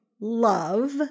love